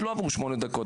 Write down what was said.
עוד לא עברו שמונה דקות,